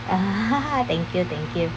thank you thank you